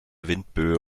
windböe